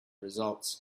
results